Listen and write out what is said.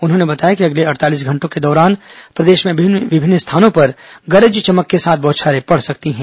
उन्होंने बताया कि अगले अड़तालीस घंटों के दौरान प्रदेश में विभिन्न स्थानों पर गरज चमक के साथ बौछारें पड़ सकती हैं